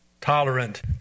tolerant